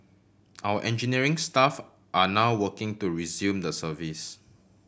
our engineering staff are now working to resume the service